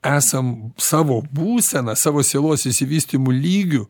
esam savo būseną savo sielos išsivystymu lygiu